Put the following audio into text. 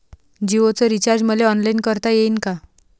जीओच रिचार्ज मले ऑनलाईन करता येईन का?